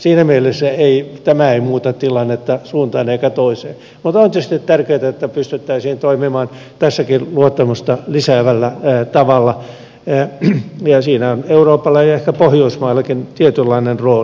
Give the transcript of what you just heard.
siinä mielessä tämä ei muuta tilannetta suuntaan eikä toiseen mutta on tietysti tärkeää että pystyttäisiin toimimaan tässäkin luottamusta lisäävällä tavalla ja siinä on euroopalla ja ehkä pohjoismaillakin tietynlainen rooli